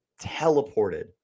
teleported